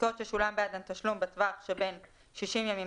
עסקאות ששולם בעדן תשלום בתווך שבין 60 ימים